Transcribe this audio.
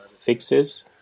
fixes